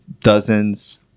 dozens